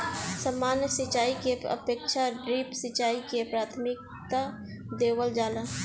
सामान्य सिंचाई के अपेक्षा ड्रिप सिंचाई के प्राथमिकता देवल जाला